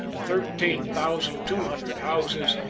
thirteen thousand two hundred houses,